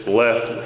left